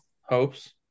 hopes